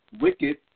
wicked